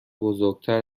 بزرگتر